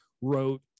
wrote